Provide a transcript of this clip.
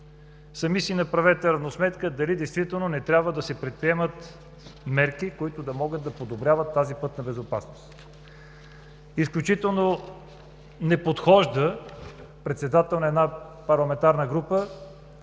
Сами си направете равносметка дали действително не трябва да се предприемат мерки, които да могат да подобряват тази пътна безопасност. Изключително не подхожда председател на една парламентарна група